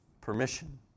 permission